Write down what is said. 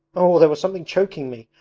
oh, there was something choking me!